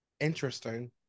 interesting